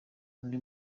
undi